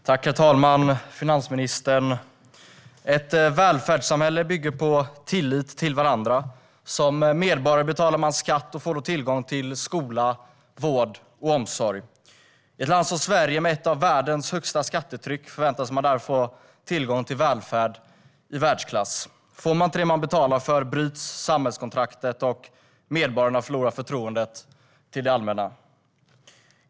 Herr talman! Min fråga går till finansministern. Ett välfärdssamhälle bygger på vår tillit till varandra. Som medborgare betalar man skatt och får då tillgång till skola, vård och omsorg. I ett land som Sverige med ett av världens högsta skattetryck förväntas man därför få tillgång till välfärd i världsklass. Får man inte det man betalar för bryts samhällskontraktet, och medborgarna förlorar förtroendet för det allmänna.